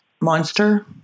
monster